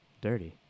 Dirty